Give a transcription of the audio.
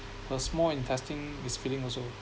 her small intestine is failing also